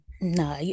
no